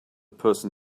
person